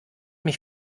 mich